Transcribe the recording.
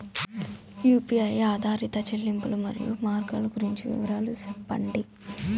UPI ఆధారిత చెల్లింపులు, మరియు మార్గాలు గురించి వివరాలు సెప్పండి?